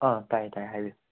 ꯑꯥ ꯇꯥꯏꯌꯦ ꯇꯥꯏꯌꯦ ꯍꯥꯏꯕꯤꯌꯣ